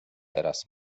teraz